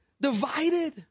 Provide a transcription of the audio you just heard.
divided